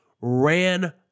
ran